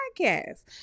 podcast